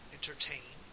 entertain